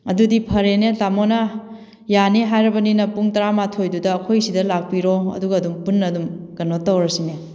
ꯑꯗꯨꯗꯤ ꯐꯔꯦꯅꯦ ꯇꯥꯃꯣꯅ ꯌꯥꯅꯤ ꯍꯥꯏꯔꯕꯅꯤꯅ ꯄꯨꯡ ꯇꯔꯥꯃꯥꯊꯣꯏꯗꯨꯗ ꯑꯩꯈꯣꯏ ꯁꯤꯗ ꯂꯥꯛꯄꯤꯔꯣ ꯑꯗꯨꯒ ꯑꯗꯨꯝ ꯄꯨꯟꯅ ꯑꯗꯨꯝ ꯀꯩꯅꯣ ꯇꯧꯔꯁꯤꯅꯦ